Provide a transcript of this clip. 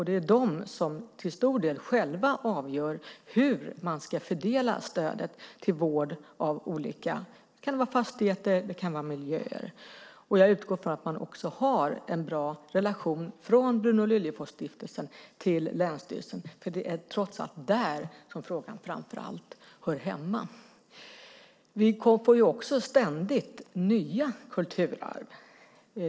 De avgör till stor del själva hur man ska fördela stödet till vård av olika fastigheter och miljöer. Jag utgår ifrån att Bruno Liljefors-stiftelsen också har en bra relation till länsstyrelsen. Det är trots allt där som frågan framför allt hör hemma. Vi får också ständigt nya kulturarv.